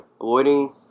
avoiding